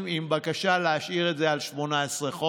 עם בקשה להשאיר את זה על 18 חודשים,